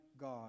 God